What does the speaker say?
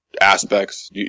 aspects